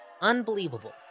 unbelievable